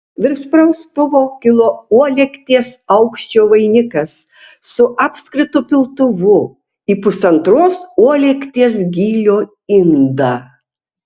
virš praustuvo kilo uolekties aukščio vainikas su apskritu piltuvu į pusantros uolekties gylio indą